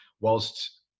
Whilst